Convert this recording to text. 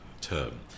term